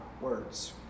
words